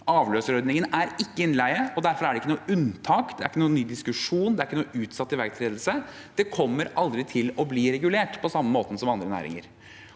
Avløserordningen er ikke innleie, og derfor er det ikke noe unntak, det er ikke noen ny diskusjon, og det er ikke noen utsatt iverksettelse. Den kommer aldri til å bli regulert på samme måte som andre næringer.